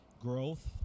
growth